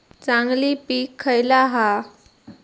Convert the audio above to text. चांगली पीक खयला हा?